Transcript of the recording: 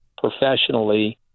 professionally